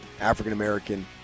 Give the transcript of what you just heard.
African-American